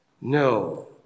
No